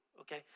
okay